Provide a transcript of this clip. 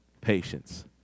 patience